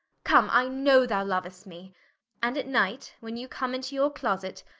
come, i know thou louest me and at night, when you come into your closet,